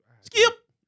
Skip